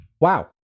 Wow